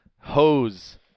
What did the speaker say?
hose